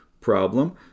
problem